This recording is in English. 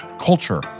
culture